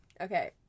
Okay